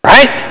Right